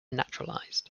naturalised